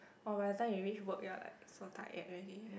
!wah! by the time you reach work you are like so tired already